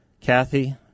Kathy